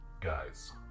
guys